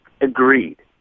Agreed